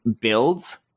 builds